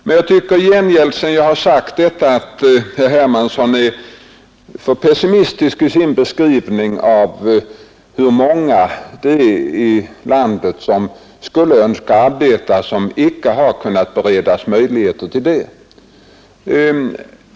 Men jag tycker i gengäld, sedan jag har sagt detta, att herr Hermansson i Stockholm är för pessimistisk i sin beskrivning av hur många det är i landet som skulle önska arbeta men som icke har kunnat beredas möjlighet till det.